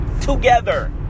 together